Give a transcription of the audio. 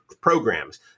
programs